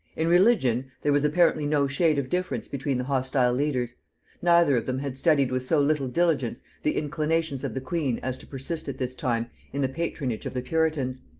in religion there was apparently no shade of difference between the hostile leaders neither of them had studied with so little diligence the inclinations of the queen as to persist at this time in the patronage of the puritans,